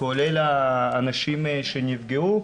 כולל האנשים שנפגעו,